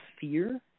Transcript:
fear